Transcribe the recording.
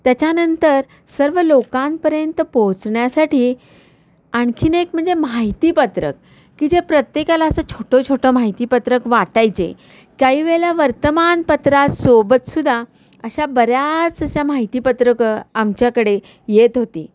त्याच्यानंतर सर्व लोकांपर्यंत पोचण्यासाठी आणखीन एक म्हणजे माहिती पत्रक की जे प्रत्येकाला असं छोटं छोटं माहिती पत्रक वाटायचे काही वेळेला वर्तमानपत्रात सोबतसुद्धा अशा बऱ्याच अशा माहिती पत्रकं आमच्याकडे येत होती